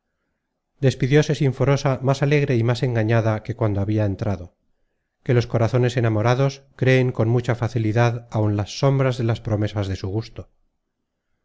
salud despidióse sinforosa más alegre y más engañada que cuando habia entrado que los corazones enamorados creen con mucha facilidad áun las sombras de las promesas de su gusto